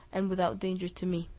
and without danger to me.